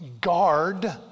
guard